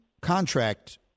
contract